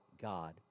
God